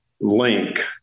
link